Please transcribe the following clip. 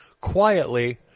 Quietly